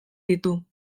ditu